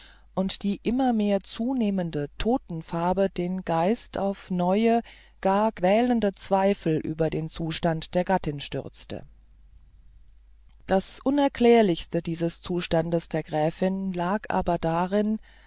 und die immer mehr zunehmende totenfarbe den grafen in neue gar quälende zweifel über den zustand der gattin stürzte das unerklärlichste dieses zustandes der gräfin lag aber darin